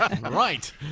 Right